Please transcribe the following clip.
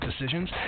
decisions